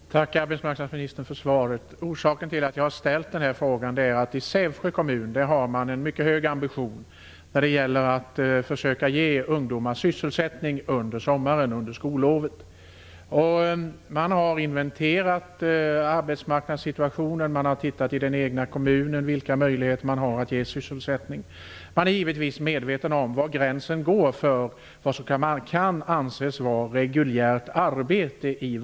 Herr talman! Tack, arbetsmarknadsministern, för svaret! Orsaken till att jag har ställt denna fråga är att man i Sävsjö kommun har en mycket hög ambition när det gäller att försöka ge ungdomar sysselsättning under sommarlovet. Man har inventerat arbetsmarknadssituationen. Man har sett vilka möjligheter som finns i den egna kommunen att ge sysselsättning. Givetvis är man medveten om var gränsen går för vad som kan anses vara reguljärt arbete.